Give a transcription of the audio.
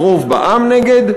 הרוב בעם נגד,